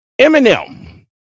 Eminem